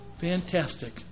fantastic